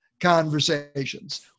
conversations